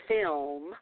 film